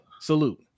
Salute